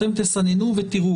אתם תסננו ותראו.